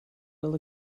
will